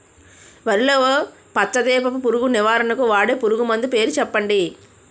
వరిలో పచ్చ దీపపు పురుగు నివారణకు వాడే పురుగుమందు పేరు చెప్పండి?